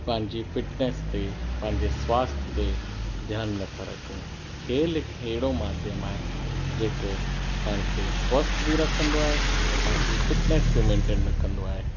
पंहिंजी फिटनेस ते पंहिंजे स्वास्थ्य ते ध्यान नथा रखूं खेल हिकु अहिड़ो माध्यम आहे जेको पाण खे स्वस्थ बि रखंदो आहे ऐं पंहिंजी फिटनेस बि मेंटेन रखंदो आहे